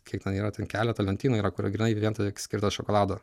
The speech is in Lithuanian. kiek ten yra ten keletą lentynų yra kurioj grynai vien tik skirta šokolado